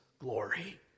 glory